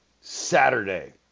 Saturday